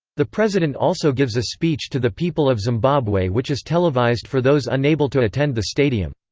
the president also gives a speech to the people of zimbabwe which is televised for those unable to attend the stadium.